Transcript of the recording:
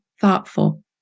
thoughtful